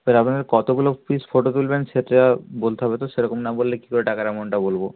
আপনাদের কতগুলো piece photo তুলবেন সেটা বলতে হবে তো সেরকম না বললে কী করে টাকার অ্যামাউন্টটা বলব